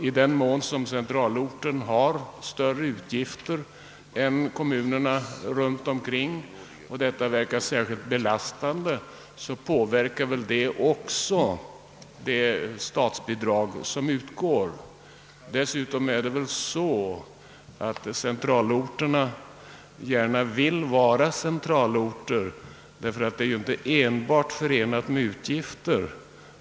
I den mån centralorten har större utgifter än kommunerna runt omkring och detta verkar särskilt betungande påverkar det väl också det statsbidrag som utgår. Dessutom vill väl centralorterna gärna fungera som sådana, eftersom detta inte enbart är förenat med utgifter.